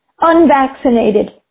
Unvaccinated